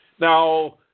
Now